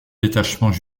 détachements